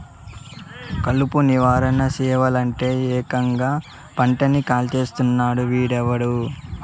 కలుపు నివారణ సెయ్యలంటే, ఏకంగా పంటని కాల్చేస్తున్నాడు వీడెవ్వడు